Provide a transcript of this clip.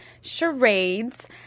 charades